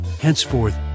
Henceforth